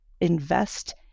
invest